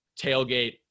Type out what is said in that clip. tailgate